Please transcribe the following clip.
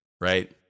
right